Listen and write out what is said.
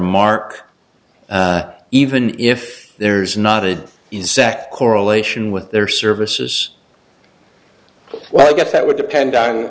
mark even if there's not an insect correlation with their services well i guess that would depend on